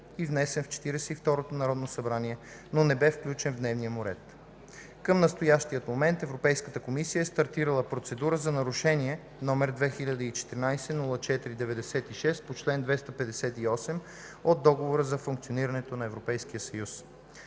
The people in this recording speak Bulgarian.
и второто народно събрание, но не бе включен в дневния му ред. Към настоящия момент Европейската комисия е стартирала Процедура за нарушение № 2014/0496 по чл. 258 от Договора за функционирането на Европейския съюз.